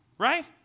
right